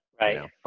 Right